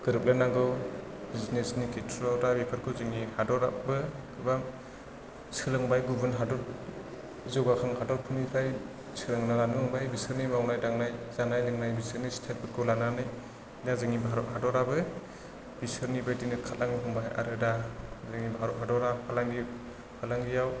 गोरोबलायनांगौ बिजिनेसनि खेथ्र'याव दा बेफोरखौ जोंनि हादराबो गोबां सोलोंबाय गुबुन हादर जौगाखां हादरफोरनिफ्राय सोलोंना लानो रोंबाय बिसिनि मावनाय दांनाय जानाय लोंनाय बिसोरनि स्थायेलफोरखौ लानानै दा जोंनि भारत हादराबो बिसोरनिबायदि खालामनो हमबाय आरो दा जोंनि भारत हादरा फालांगि फालांगियाव